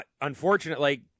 unfortunately